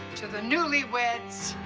to the newlyweds.